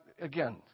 again